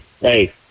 Hey